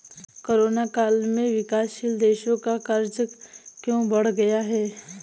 Corona काल में विकासशील देशों का कर्ज क्यों बढ़ गया है?